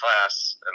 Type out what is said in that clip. class